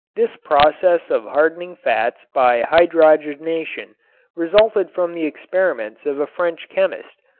this process of hardening fats by hydrogenation resulted from the experiments of a french chemist,